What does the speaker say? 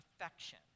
Affection